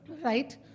right